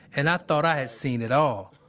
and i thought i had seen it all.